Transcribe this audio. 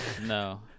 No